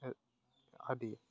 আদি